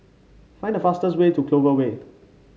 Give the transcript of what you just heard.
find the fastest way to Clover Way